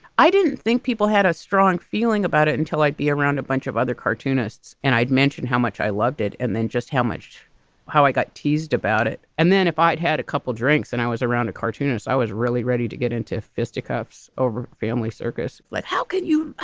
i didn't think people had a strong feeling about it until i'd be around a bunch of other cartoonists. and i'd mentioned how much i loved it. and then just how much how i got teased about it. and then if i'd had a couple drinks and i was around a cartoonist, i was really ready to get into fisticuffs over family circus like how could you?